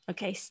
Okay